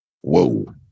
whoa